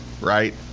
right